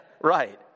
right